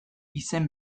izen